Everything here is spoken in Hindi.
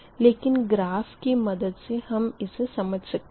लेकिन ग्राफ़ की मदद से हम इसे समझ सकते है